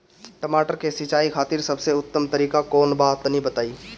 टमाटर के सिंचाई खातिर सबसे उत्तम तरीका कौंन बा तनि बताई?